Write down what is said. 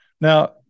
Now